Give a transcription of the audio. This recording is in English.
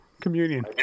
Communion